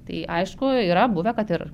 tai aišku yra buvę kad ir